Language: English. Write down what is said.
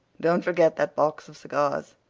don't forget that box of cigars!